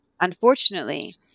unfortunately